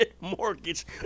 mortgage